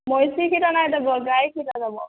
ମଇଁଷି କ୍ଷୀର ନାହିଁ ଦେବ ଗାଈ କ୍ଷୀର ଦେବ